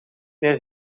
meer